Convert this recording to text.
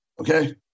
okay